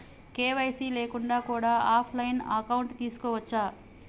KYC లేకుండా కూడా offline account తీసుకోవచ్చా?